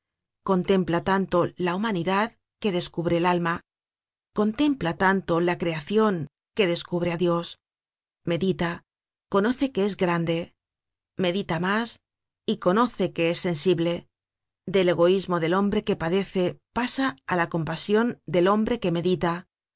contempla tanto la humanidad que descubre el alma contempla tanto la creacion que descubre á dios medita conoce que es grande medita mas y conoce que es sensible del egoismo del hombre que padece pasa á la compasion del hombre que medita